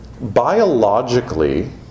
biologically